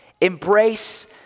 embrace